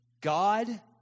God